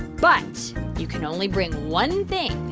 but you can only bring one thing.